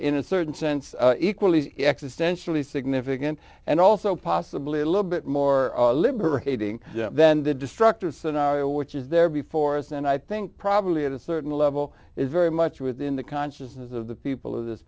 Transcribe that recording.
in a certain sense equally existentially significant and also possibly a little bit more liberating than the destructive scenario which is there before us and i think probably at a certain level is very much within the consciousness of the people of this